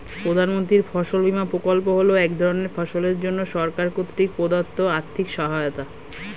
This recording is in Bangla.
প্রধানমন্ত্রীর ফসল বিমা প্রকল্প হল এক ধরনের ফসলের জন্য সরকার কর্তৃক প্রদত্ত আর্থিক সহায়তা